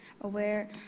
aware